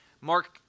Mark